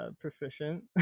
proficient